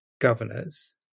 governors